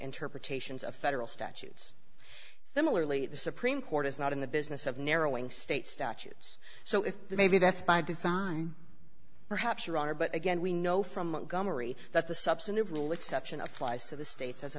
interpretations of federal statutes similarly the supreme court is not in the business of narrowing state statutes so if maybe that's by design perhaps your honor but again we know from that the substantive rule exception applies to the states as a